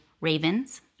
ravens